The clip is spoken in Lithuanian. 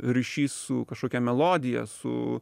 ryšys su kažkokia melodija su